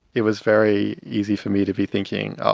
it was very easy for me to be thinking, oh,